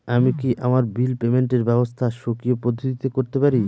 আমি কি আমার বিল পেমেন্টের ব্যবস্থা স্বকীয় পদ্ধতিতে করতে পারি?